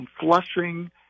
flushing